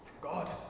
God